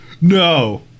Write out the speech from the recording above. no